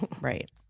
Right